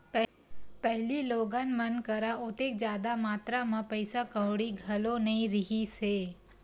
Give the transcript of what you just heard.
पहिली लोगन मन करा ओतेक जादा मातरा म पइसा कउड़ी घलो नइ रिहिस हे